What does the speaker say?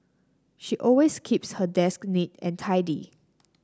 she always keeps her desk neat and tidy